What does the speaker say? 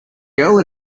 girl